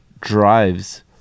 drives